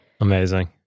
amazing